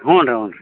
ಹ್ಞೂ ರೀ ಹ್ಞೂ ರೀ